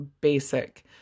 basic